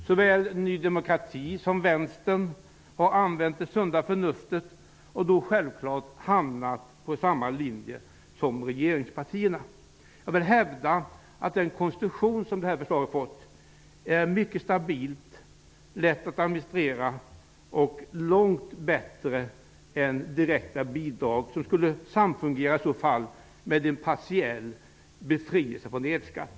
Såväl Ny demokrati som Vänstern har använt sunda förnuftet och har då självklart hamnat på samma linje som regeringspartierna. Jag vill hävda att den konstruktion som det här förslaget har fått är mycket stabil, lätt att administrera och långt bättre än direkta bidrag, som i så fall skulle samfungera med en partiell befrielse från elskatt.